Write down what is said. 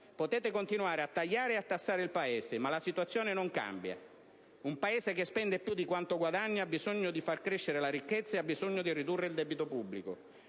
Potete continuare a tagliare e a tassare il Paese, ma la situazione non cambia. Un Paese che spende più di quanto guadagna ha bisogno di far crescere la ricchezza e di ridurre il debito pubblico: